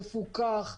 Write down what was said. מפוקח,